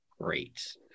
Great